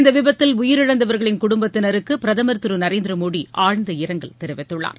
இந்தவிபத்தில் உயிரிழந்தவர்களின் குடும்பத்தினருக்குபிரதமர் திரு நரேந்திரமோடிஆழ்ந்த இரங்கல் தெரிவித்துள்ளார்